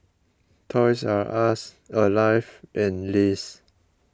Toys R Us Alive and Lays